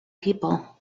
people